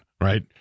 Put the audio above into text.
right